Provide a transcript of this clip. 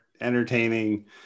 entertaining